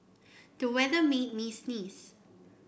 the weather made me sneeze